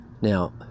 Now